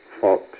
Fox